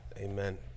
Amen